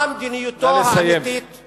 מה מדיניותו האמיתית, נא לסיים.